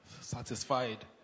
satisfied